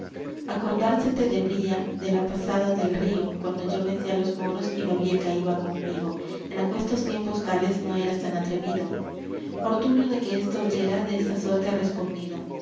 apellido acordársete debría de la pasada del río cuando yo vencí á los moros y babieca iba conmigo en aquestos tiempos tales no eras tan atrevido ortuño de que esto oyera de esta suerte ha respondido